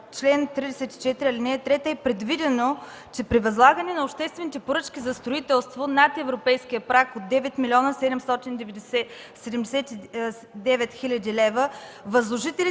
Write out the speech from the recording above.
чл. 34, ал. 3 е предвидено, че при възлагане на обществените поръчки за строителство над европейския праг от 9 млн. 749 хил. лв. възложителите